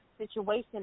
situation